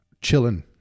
chilling